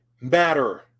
matter